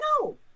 No